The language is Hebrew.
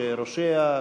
שראשיה,